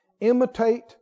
imitate